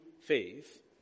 faith